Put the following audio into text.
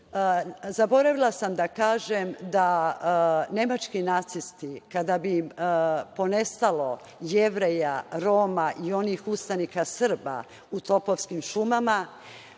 Srbije. Zaboravila sam da kažem da nemački nacisti, kada bi im ponestalo Jevreja, Roma i onih ustanika Srba u Topovskim šumama,